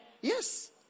Yes